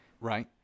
Right